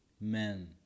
Men